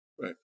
Right